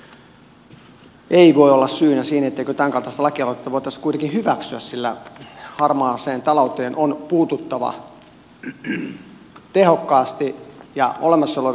se kustannus ei voi olla syynä siinä etteikö tämänkaltaista lakialoitetta voitaisi kuitenkin hyväksyä sillä harmaaseen talouteen on puututtava tehokkaasti ja olemassa olevin hyvin keinoin